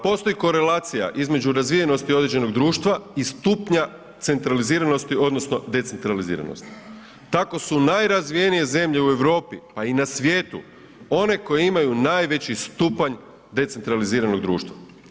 Postoji korelacija između razvijenosti određenog društva i stupnja centraliziranosti odnosno decentraliziranosti, tako su najrazvijenije zemlje u Europi pa i na svijetu one koje imaju najveći stupanj decentraliziranog društva.